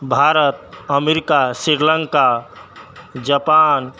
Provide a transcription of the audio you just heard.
Bharat America Sri Lanka Japan